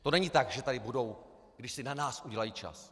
To není tak, že tady budou, když si na nás udělají čas.